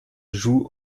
joue